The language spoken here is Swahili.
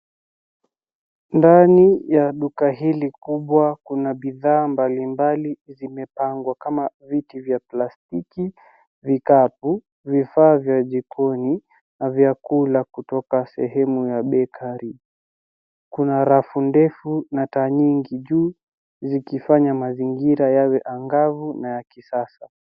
Ndani ya duka hili kubwa kuna bidhaa mbalimbali zimepangwa kama viti vya plastiki, vikapu, vifaa vya jikoni na vyakula kutoka sehemu ya bakery . Kuna rafu ndefu na taa nyingi juu , zikifanya mazingira yawe angavu na ya kisasa.